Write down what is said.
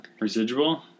Residual